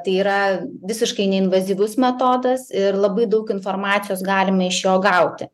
tai yra visiškai neinvazyvus metodas ir labai daug informacijos galima iš jo gauti